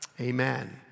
Amen